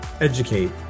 educate